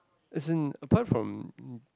as in apart from